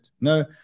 no